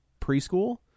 preschool